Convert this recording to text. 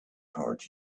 heart